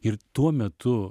ir tuo metu